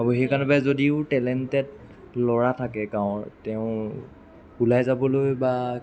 আৰু সেইকাৰণেবে যদিও টেলেণ্টেড ল'ৰা থাকে গাঁৱৰ তেওঁ ওলাই যাবলৈ বা